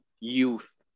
youth